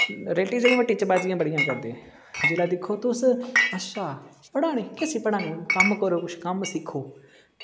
relative जेह्ड़े ओह् टिच्चरबाज़ियां बड़े करदे जेल्लै दिक्खो तुस अच्छा पढ़ा ने किसी पढ़ा ने कम्म करो कुछ कम्म सिक्खो